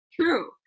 True